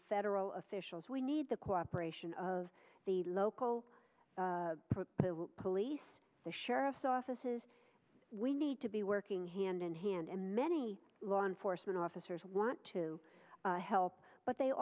federal officials we need the cooperation of the local police the sheriff's offices we need to be working hand in hand and many law enforcement officers want to help but they